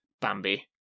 Bambi